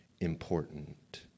important